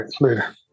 later